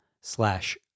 slash